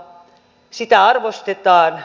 sitä arvostetaan